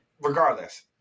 regardless